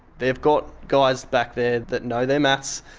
they've got guys back there that know their maths.